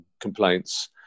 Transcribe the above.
complaints